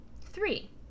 Three